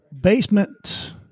basement